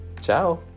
Ciao